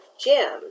Jim